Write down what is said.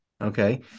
okay